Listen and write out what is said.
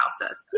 houses